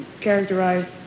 characterized